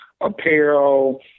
apparel